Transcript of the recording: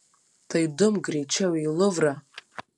tai dumk greičiau į luvrą